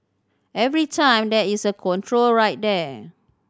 every time there is a control right there